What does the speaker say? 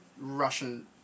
Russian